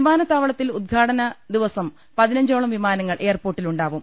വിമാനത്താവളത്തിൽ ഉദ്ഘാടന ദിവസ്റ്റ് പതിനഞ്ചോളം വിമാനങ്ങൾ എയർപോർട്ടിലുണ്ടാവും